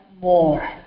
more